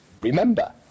remember